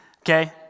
Okay